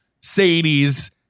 Sadie's